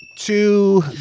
Two